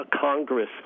Congress